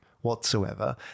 whatsoever